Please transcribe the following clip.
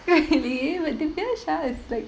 really but diviashar is like